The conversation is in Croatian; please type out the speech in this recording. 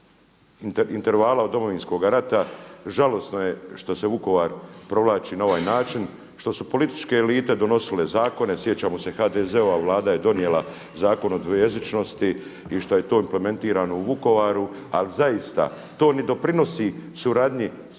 intervala od Domovinskoga rata žalosno je što se Vukovar provlači na ovaj način, što su političke elite donosile zakone, sjećamo se HDZ-ova Vlada je donijela Zakon o dvojezičnosti i što je to implementirano u Vukovaru. Ali zaista to ne doprinosi suradnji Srba